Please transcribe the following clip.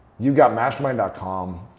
you've got mastermind com.